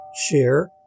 share